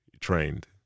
trained